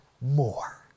more